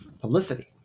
publicity